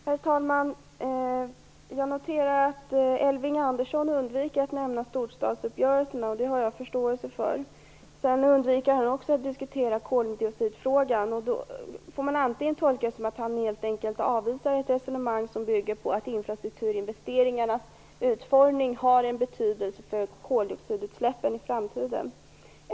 Herr talman! Jag noterar att Elving Andersson undviker att nämna storstadsuppgörelserna. Det har jag förståelse för. Han undviker också att diskutera koldioxidfrågan. Det kan man tolka på olika sätt. Antingen avvisar han helt enkelt ett resonemang som bygger på att infrastrukturinvesteringarnas utformning har en betydelse för koldioxidutsläppen i framtiden.